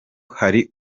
hari